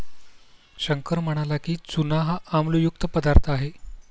शंकर म्हणाला की, चूना हा आम्लयुक्त पदार्थ आहे